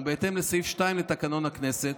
ובהתאם לסעיף 2 לתקנון הכנסת,